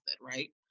Right